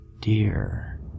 dear